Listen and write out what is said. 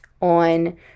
on